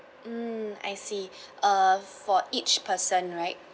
mm I see uh for each person right